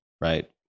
right